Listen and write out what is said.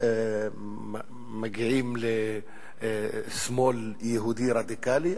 מגיעים לשמאל יהודי רדיקלי,